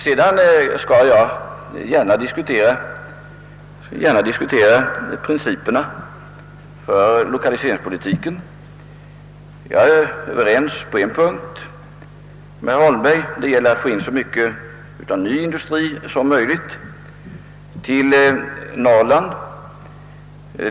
Sedan skall jag gärna diskutera principerna för lokaliseringspolitiken. Jag är överens med herr Holmberg på en punkt: det gäller att få så mycket ny industri som möjligt till Norrland.